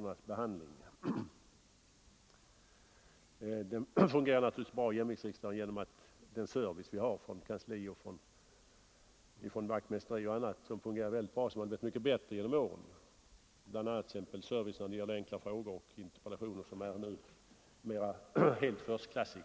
Nr 116 Torsdagen den 7 november 1974 kraftigt genom åren och är nu mycket bra; bl.a. servicen när det gäller ee oo enkla frågor och interpellationer är nu helt förstklassig.